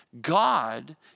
God